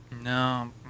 No